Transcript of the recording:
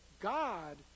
God